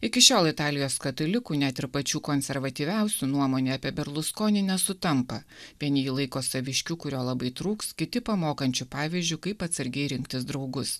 iki šiol italijos katalikų net ir pačių konservatyviausių nuomonė apie berluskonį nesutampa vieni jį laiko saviškiu kurio labai trūks kiti pamokančiu pavyzdžiu kaip atsargiai rinktis draugus